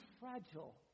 fragile